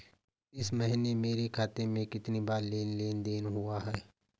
इस महीने मेरे खाते में कितनी बार लेन लेन देन हुआ है?